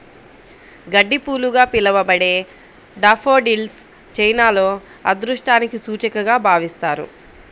గడ్డిపూలుగా పిలవబడే డాఫోడిల్స్ చైనాలో అదృష్టానికి సూచికగా భావిస్తారు